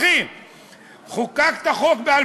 והסוגיה הנוספת: ברגע שהביטוח הלאומי